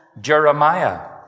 Jeremiah